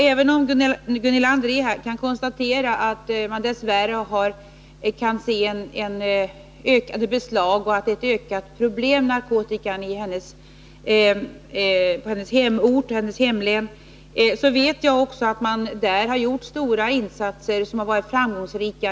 Även om Gunilla André kan konstatera ökade beslag och se att det dess värre är ett ökande problem med narkotikan i hennes hemlän vet jag att man där har gjort stora insatser i förebyggande syfte som varit framgångsrika.